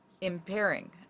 impairing